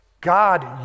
God